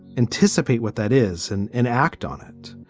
anticipate what that is and and act on it,